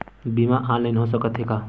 बीमा ऑनलाइन हो सकत हे का?